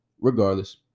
regardless